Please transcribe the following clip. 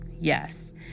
Yes